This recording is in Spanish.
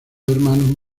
hermanos